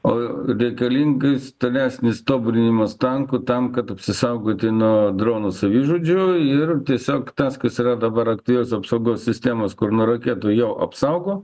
o reikalingais tolesnis tobulinimas tankų tam kad apsisaugoti nuo dronų savižudžių ir tiesiog tas kas yra dabar aktyvios apsaugos sistemos kur nuo raketų jau apsaugo